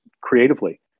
creatively